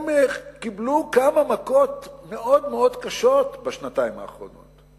הם קיבלו כמה מכות מאוד מאוד קשות בשנתיים האחרונות,